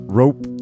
rope